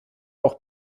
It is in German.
auch